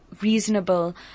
reasonable